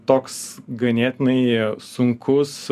toks ganėtinai sunkus